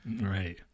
Right